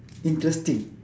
interesting